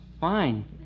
fine